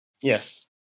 Yes